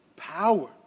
power